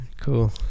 cool